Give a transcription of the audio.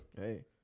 Hey